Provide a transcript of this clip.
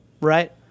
right